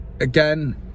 again